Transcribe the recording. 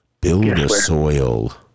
Build-A-Soil